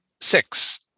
six